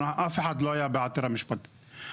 אף אחד לא היה בעתירה המשפטית.